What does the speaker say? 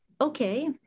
okay